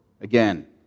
again